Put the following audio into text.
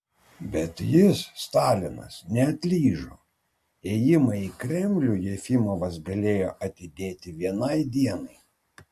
bet jis stalinas neatlyžo ėjimą į kremlių jefimovas galėjo atidėti vienai dienai